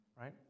right